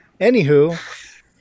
Anywho